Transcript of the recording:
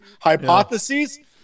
hypotheses